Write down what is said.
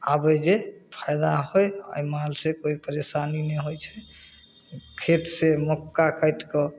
आबै जे फायदा होइ एहि माल से कोइ परेशानी नहि होइ छै खेत से मक्का काटिकऽ